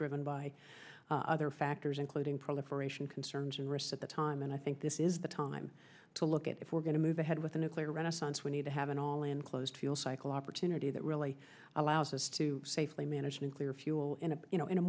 driven by other factors including proliferation concerns and risk at the time and i think this is the time to look at if we're going to move ahead with the nuclear renaissance we need to have an all enclosed fuel cycle opportunity that really allows us to safely manage nuclear fuel in a you know in a